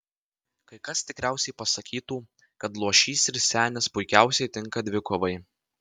kai kas tikriausiai pasakytų kad luošys ir senis puikiausiai tinka dvikovai